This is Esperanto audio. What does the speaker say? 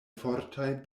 fortaj